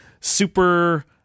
super